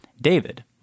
David